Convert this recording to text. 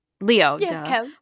Leo